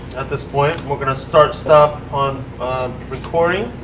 at this point. we're going to start-stop on recording.